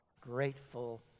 grateful